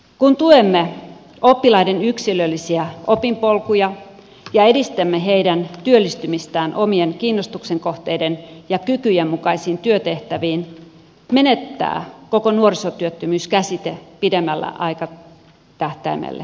kun tuemme oppilaiden yksilöllisiä opinpolkuja ja edistämme heidän työllistymistään omien kiinnostuksen kohteiden ja kykyjen mukaisiin työtehtäviin menettää koko nuorisotyöttömyyskäsite pidemmällä aikatähtäimellä merkityksensä